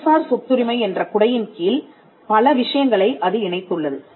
அறிவுசார் சொத்துரிமை என்ற குடையின் கீழ் பல விஷயங்களை அது இணைத்துள்ளது